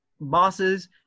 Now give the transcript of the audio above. bosses